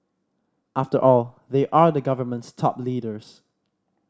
after all they are the government's top leaders